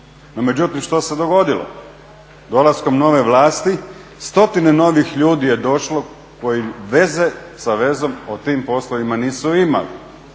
međutim, što se dogodilo? Dolaskom nove vlasti stotine novih ljudi je došlo koji veze sa vezom o tim poslovima nisu imali.